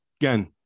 again